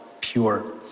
pure